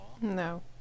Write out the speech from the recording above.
No